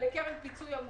לקרן פיצוי עמותות.